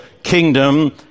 kingdom